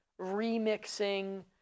remixing